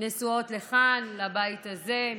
נשואות לכאן, לבית הזה.